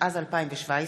התשע"ז 2017,